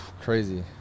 crazy